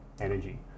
energy